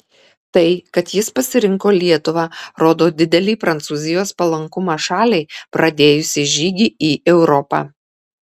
tai kad jis pasirinko lietuvą rodo didelį prancūzijos palankumą šaliai pradėjusiai žygį į europą